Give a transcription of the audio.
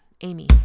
Amy